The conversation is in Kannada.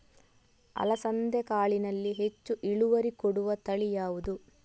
ಅಲಸಂದೆ ಕಾಳಿನಲ್ಲಿ ಹೆಚ್ಚು ಇಳುವರಿ ಕೊಡುವ ತಳಿ ಯಾವುದು?